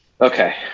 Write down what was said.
Okay